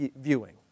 viewing